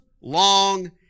long